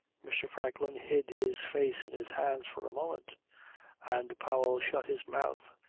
mr. franklin hid his face in his hands for a moment and powell shut his mouth,